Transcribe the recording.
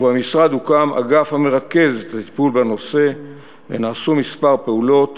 ובמשרד הוקם אגף המרכז את הנושא ונעשו כמה פעולות